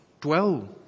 dwell